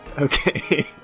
Okay